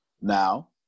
Now